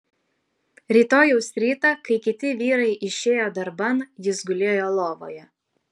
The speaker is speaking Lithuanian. rytojaus rytą kai kiti vyrai išėjo darban jis gulėjo lovoje